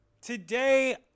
Today